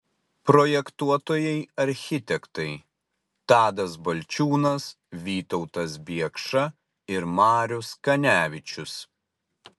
projektuotojai architektai tadas balčiūnas vytautas biekša ir marius kanevičius